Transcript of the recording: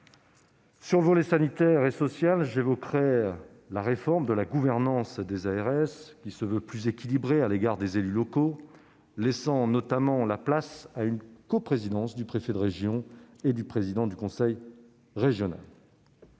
Sur le volet sanitaire et social, j'évoquerai la réforme de la gouvernance des ARS, qui se veut plus équilibrée à l'égard des élus locaux, laissant notamment la place à une coprésidence du préfet de région et du président du conseil régional.